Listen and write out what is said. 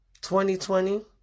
2020